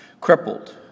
crippled